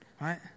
Right